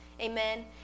Amen